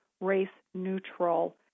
race-neutral